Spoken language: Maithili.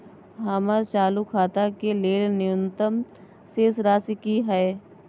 हमर चालू खाता के लेल न्यूनतम शेष राशि की हय?